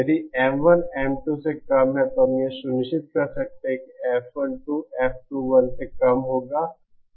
यदि M1 M2 से कम है तो हम यह सुनिश्चित कर सकते हैं कि F12 F21 से कम होगा